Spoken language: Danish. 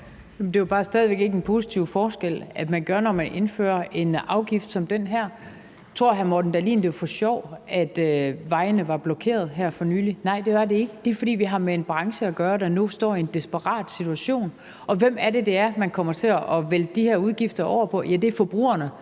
det er jo stadig væk bare ikke en positiv forskel, man gør, når man indfører en afgift som den her. Tror hr. Morten Dahlin, at det var for sjov, at vejene var blokeret her for nylig? Nej, det var det ikke. Men det er jo, fordi vi har med en branche at gøre, der nu står i en desperat situation, og hvem er det, man kommer til at vælte de her udgifter over på? Ja, det er forbrugerne.